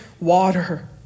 water